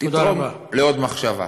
תגרום לעוד מחשבה.